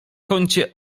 kącie